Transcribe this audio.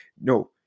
No